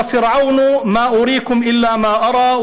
(אומר דברים בשפה הערבית.)